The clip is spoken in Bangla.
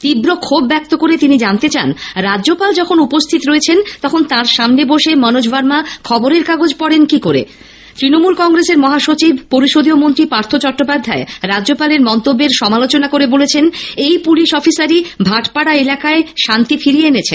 তীব্র ক্ষোভ ব্যক্ত করে তিনি জানতে চান রাজ্যপাল যখন উপস্থিত রয়েছেন তখন তাঁর সামনে বসে মনোজ ভার্মা খবরের কাগজ পড়েন কী করে তৃণমূল কংগ্রেসের মহাসচিব পরিষদীয় মন্ত্রী পার্থ চট্টোপাধ্যায় রাজ্যপালের মন্তব্যের সমালোচনা করে বলেন এই পুলিশ অফিসারই ভাটপাড়া এলাকায় শান্তি ফিরিয়ে এনেছেন